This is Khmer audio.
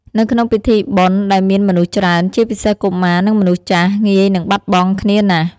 នៅក្នុងពិធីបុណ្យដែលមានមនុស្សច្រើន ជាពិសេសកុមារ និងមនុស្សចាស់ ងាយនឹងបាត់បង់គ្នាណាស់។